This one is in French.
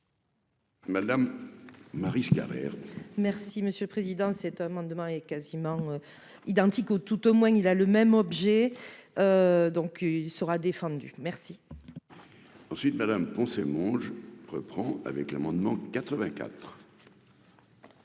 Madame Maryse Carrère. Merci monsieur le président, cet homme demain est quasiment identique au tout au moins il a le même objet, donc il sera défendu merci. Ensuite, madame mange reprend avec l'amendement 84.